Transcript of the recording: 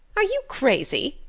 are you crazy?